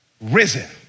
Risen